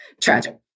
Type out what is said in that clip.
tragic